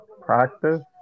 practice